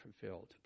fulfilled